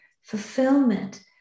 fulfillment